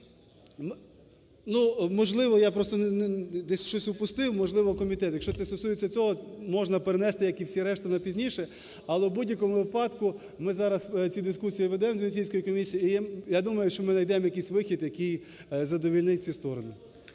Можливо, я просто десь, щось упустив, можливо, комітет. Якщо це стосується цього, можна перенести, як і всі решта, на пізніше. Але в будь-якому випадку ми зараз цю дискусію ведемо з Венеційською комісією, і я думаю, що ми найдемо якийсь вихід, який задовольнить всі сторони.